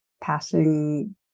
passing